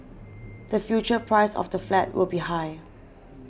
the future price of the flat will be high